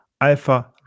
Alpha